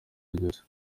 ryose